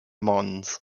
mons